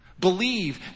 Believe